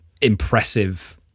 impressive